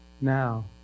now